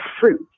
fruit